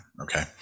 Okay